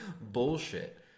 bullshit